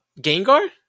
Gengar